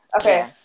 Okay